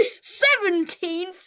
Seventeen